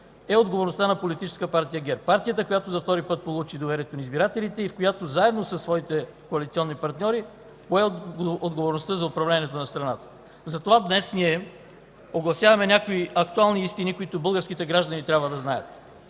е отговорността на Политическа партия ГЕРБ, партията, която за втори път получи доверието на избирателите и която заедно със своите коалиционни партньори пое отговорността за управлението на страната. Затова днес ние огласяваме някои актуални истини, които българските граждани трябва да знаят.